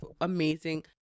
amazing